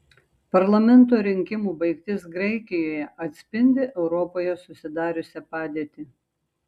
parlamento rinkimų baigtis graikijoje atspindi europoje susidariusią padėtį